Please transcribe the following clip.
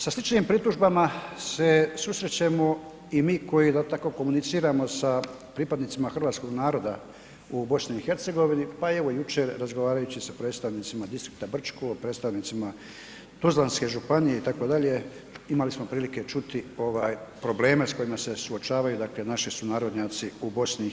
Sa sličnim pritužbama se susrećemo i mi koji …/nerazumljivo/… komuniciramo sa pripadnicima hrvatskog naroda u BiH, pa i evo jučer razgovarajući sa predstavnicima distrikta Brčko, predstavnicima Tuzlanske županije imali smo prilike čuti ovaj probleme s kojima se suočavaju dakle naši sunarodnjaci u BiH.